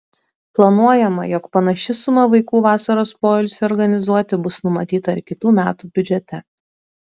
planuojama jog panaši suma vaikų vasaros poilsiui organizuoti bus numatyta ir kitų metų biudžete